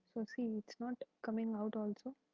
so, see its not coming out also.